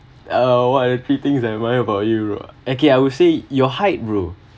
uh what are the three things I admired about you okay I will say your height bro